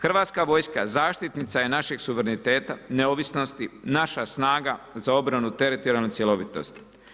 Hrvatska vojska zaštitnica je našeg suvereniteta, neovisnosti, naša snaga za obranu teritorijalne cjelovitosti.